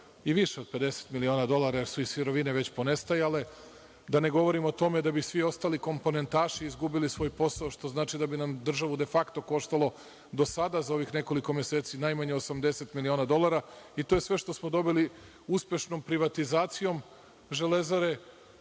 i više od 50 miliona dolara, jer su i sirovine već ponestajale, da ne govorim o tome da bi svi ostali komponentaši izgubili svoj posao, što znači da bi državu de fakto koštalo do sada za ovih nekoliko meseci najmanje 80 miliona dolara. To je sve što smo dobili uspešnom privatizacijom Železare